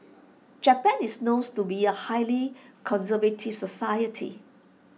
Japan is knows to be A highly conservative society